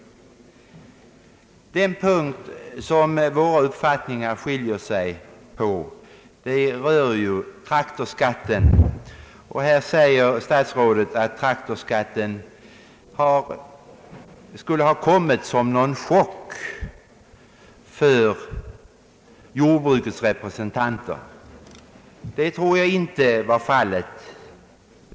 Den punkt som våra uppfattningar skiljer sig på rör traktorskatten. Statsrådet säger att traktorskatten skulle ha kommit som en chock för jordbrukets representanter. Det tror jag inte var fallet.